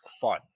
fun